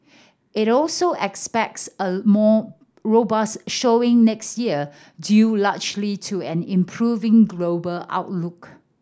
it also expects a more robust showing next year due largely to an improving global outlook